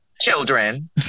Children